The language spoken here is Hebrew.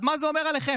אז מה זה אומר עליכם?